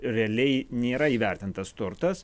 realiai nėra įvertintas turtas